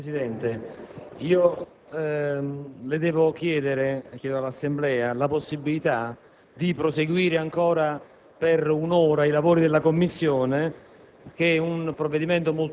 Signor Presidente, devo chiedere a lei e all'Assemblea la possibilità di proseguire ancora per un'ora i lavori della Commissione.